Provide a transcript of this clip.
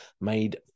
made